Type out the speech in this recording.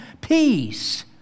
peace